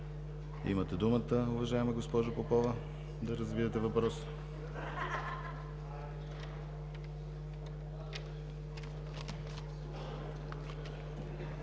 Имате думата, уважаема госпожо Попова, да развиете въпроса.